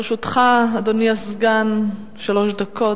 לרשותך, אדוני הסגן, שלוש דקות.